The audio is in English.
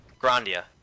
Grandia